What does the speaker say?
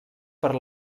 per